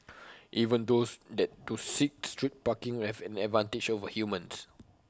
even those that do seek street parking would have an advantage over humans